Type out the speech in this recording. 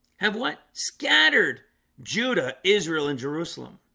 have what scattered judah israel and jerusalem?